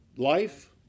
life